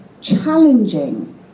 challenging